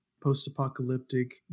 post-apocalyptic